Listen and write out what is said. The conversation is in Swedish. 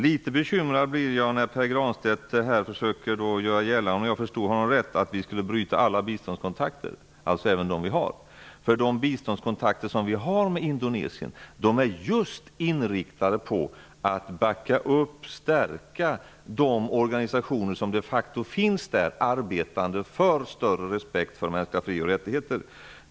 Jag blir litet bekymrad när Pär Granstedt försöker göra gällande -- om jag förstår honom rätt -- att vi skulle bryta alla biståndskontakter. De biståndskontakter som vi har med Indonesien är just inriktade på att backa upp och stärka de organisationer som de facto finns där och som arbetar för större respekt för mänskliga fri och rättigheter.